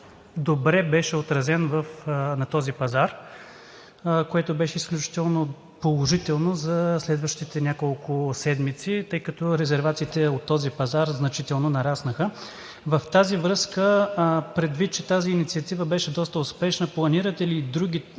доста добре на този пазар, което беше изключително положително за следващите няколко седмици, тъй като резервациите от този пазар значително нараснаха. Предвид че тази инициатива беше доста успешна, планирате ли и други